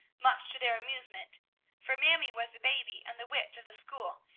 much to their amusement for mamie was the baby and the wit of the school,